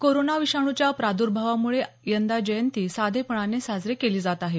corona विषाणूच्या प्राद्भावामुळे यंदा जयंती साधेपणाने साजरी केली जात आहे